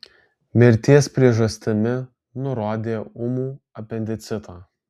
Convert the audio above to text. mirties priežastimi nurodė ūmų apendicitą